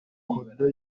kodo